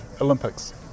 Olympics